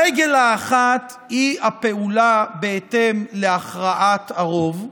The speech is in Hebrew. הרגל האחת היא הפעולה בהתאם להכרעת הרוב,